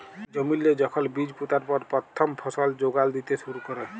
জমিল্লে যখল বীজ পুঁতার পর পথ্থম ফসল যোগাল দ্যিতে শুরু ক্যরে